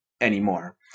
anymore